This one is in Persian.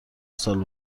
سال